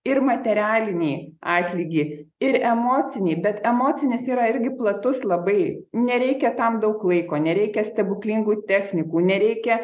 ir materialinį atlygį ir emocinį bet emocinis yra irgi platus labai nereikia tam daug laiko nereikia stebuklingų technikų nereikia